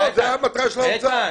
זאת הייתה מטרת האוצר,